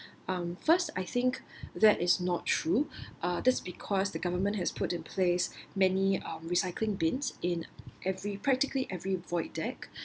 um first I think that is not true uh this because the government has put in place many uh recycling bins in every practically every void deck